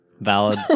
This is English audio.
Valid